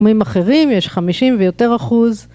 בתחומים אחרים יש חמישים ויותר אחוז.